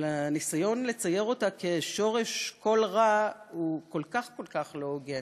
אבל הניסיון לצייר אותה כשורש כל רע הוא כל כך כל כך לא הוגן.